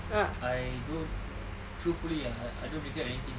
I don't truthfully ah I don't regret anything